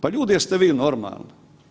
Pa ljudi jeste vi normalni?